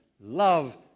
Love